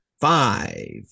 Five